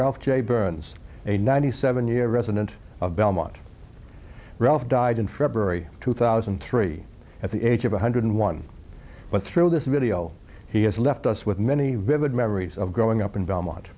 ralph j burns a ninety seven year resident of belmont ralph died in february two thousand and three at the age of one hundred one but through this video he has left us with many vivid memories of growing up in belmont